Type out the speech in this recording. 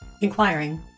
Inquiring